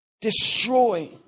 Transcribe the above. destroy